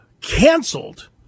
canceled